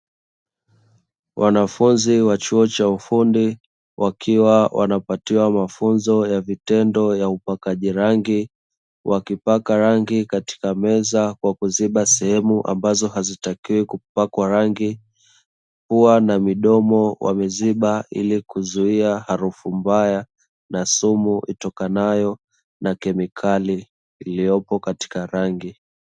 Wanafunzi wa chuo cha ufundi wakiwa wanapatiwa mafunzo ya vitendo ya upakaji rangi wakipaka rangi katika meza kwa kuziba sehemu ambazo hazitakiwi kupakwa rangi, pua na midomo wameziba ili kuzuia harufu mbaya na sumu itokanayo na kemikali iliyopo katika rangi.